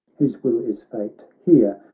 whose will is fate hear,